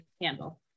handle